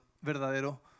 verdadero